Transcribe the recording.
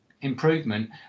improvement